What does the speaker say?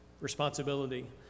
responsibility